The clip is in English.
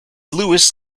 lewis